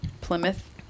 Plymouth